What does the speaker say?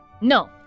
No